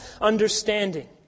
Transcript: understanding